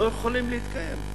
לא יכולים להתקיים?